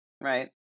Right